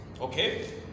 Okay